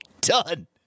done